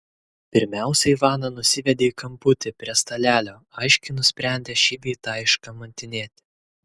pirmiausia ivaną nusivedė į kamputį prie stalelio aiškiai nusprendę šį bei tą iškamantinėti